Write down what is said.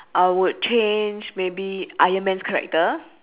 I would change maybe iron man's character